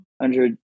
hundred